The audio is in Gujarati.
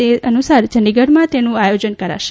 તે અનુસાર યંડીગઢમાં તેનું આયોજન કરાશે